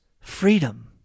freedom